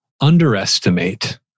underestimate